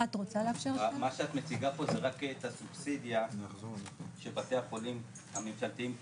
מה שאת מציגה פה זה רק את הסובסידיה שבתי החולים הממשלתיים קיבלו.